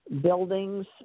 buildings